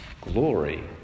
glory